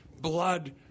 blood